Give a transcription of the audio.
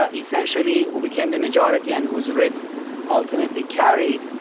ah essentially, who became the majority and whose writ ultimately carried,